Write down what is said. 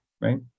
right